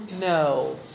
No